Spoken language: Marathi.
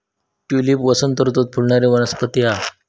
ट्यूलिप वसंत ऋतूत फुलणारी वनस्पती हा